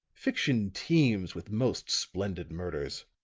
fiction teems with most splendid murders.